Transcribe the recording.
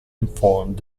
informed